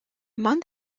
among